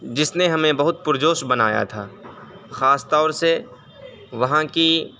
جس نے ہمیں بہت پرجوش بنایا تھا خاص طور سے وہاں کی